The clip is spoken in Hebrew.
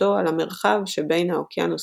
והשתלטותו על המרחב שבין האוקיינוס